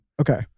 Okay